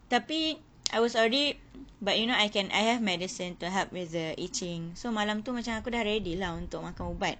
tapi I was already but you know I can I have medicine to help with the itching so malam tu aku macam aku dah ready lah untuk makan ubat